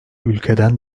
ülkeden